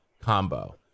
combo